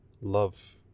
Love